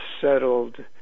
settled